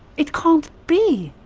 it can't be!